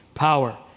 Power